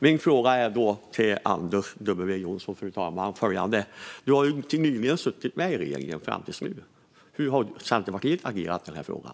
Min fråga till Anders W Jonsson är följande: Du har fram till nyligen suttit med i regeringen. Hur har Centerpartiet agerat i den här frågan?